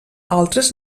altres